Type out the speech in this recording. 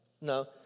No